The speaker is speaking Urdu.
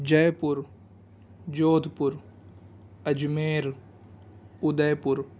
جے پور جودھپور اجمیر ادے پور